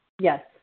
Yes